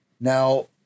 Now